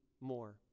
more